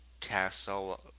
castle